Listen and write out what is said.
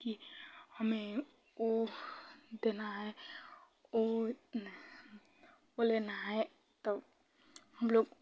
कि हमें वह देना है वह वह लेना है तो हमलोग